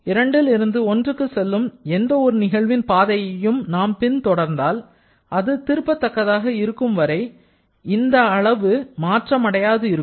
2 ல் இருந்து 1 க்கு செல்லும் எந்த ஒரு நிகழ்வின் பாதையையும் நாம் பின் தொடர்ந்தால் அது திரும்ப தக்கதாக இருக்கும் வரை இந்த அளவு மாற்றம் அடையாது இருக்கும்